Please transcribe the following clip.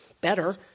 better